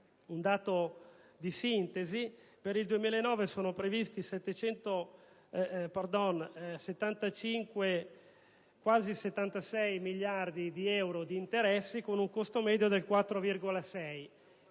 Il dato di sintesi è che per il 2009 sono previsti quasi 76 miliardi di euro di interessi, con un costo medio del 4,6.